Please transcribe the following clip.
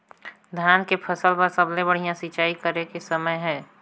धान के फसल बार सबले बढ़िया सिंचाई करे के समय हे?